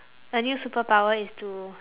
a new superpower is to